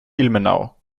ilmenau